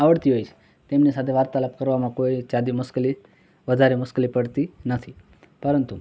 આવડતી હોય છે તેમની સાથે વાર્તાલાપ કરવામાં કોઈ ઝાઝી મુશ્કેલી વધારે મુશ્કેલી પડતી નથી પરંતુ